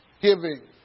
Giving